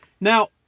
Now